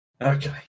Okay